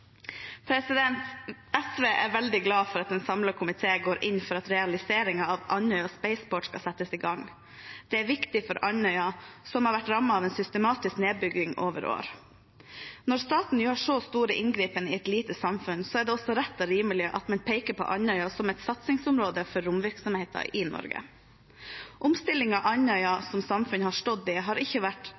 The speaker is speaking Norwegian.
SV er veldig glad for at en samlet komité går inn for at realiseringen av Andøya Spaceport skal settes i gang. Det er viktig for Andøya, som har vært rammet av en systematisk nedbygging over år. Når staten gjør så store inngrep i et lite samfunn, er det også rett og rimelig at man peker på Andøya som et satsingsområde for romvirksomheten i Norge. Omstillingen Andøya som samfunn har stått i, har ikke vært